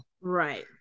Right